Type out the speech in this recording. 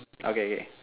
okay okay